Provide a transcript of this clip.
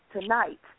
tonight